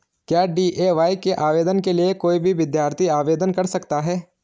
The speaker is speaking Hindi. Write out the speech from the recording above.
क्या डी.ए.वाय के आवेदन के लिए कोई भी विद्यार्थी आवेदन कर सकता है?